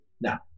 Now